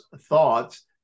thoughts